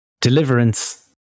Deliverance